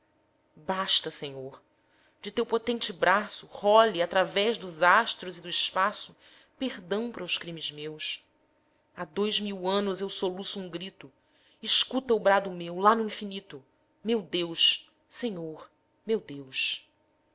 basta senhor de teu potente braço role através dos astros e do espaço perdão p'ra os crimes meus há dois mil anos eu soluço um grito escuta o brado meu lá no infinito meu deus senhor meu deus